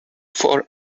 four